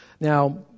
Now